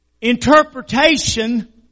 interpretation